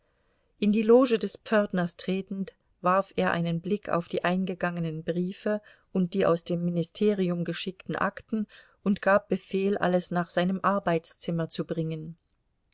in die loge des pförtners tretend warf er einen blick auf die eingegangenen briefe und die aus dem ministerium geschickten akten und gab befehl alles nach seinem arbeitszimmer zu bringen